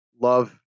love